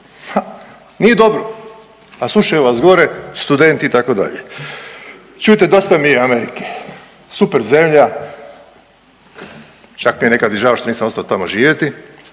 nije dobro, a slušaju vas gore studenti itd. Čujte dosta mi je Amerike, super zemlja, čak mi je nekad i žao što nisam ostao tamo živjeti